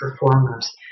performers